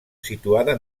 situada